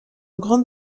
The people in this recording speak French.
grande